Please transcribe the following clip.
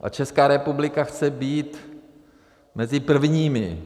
A Česká republika chce být mezi prvními.